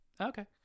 okay